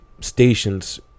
stations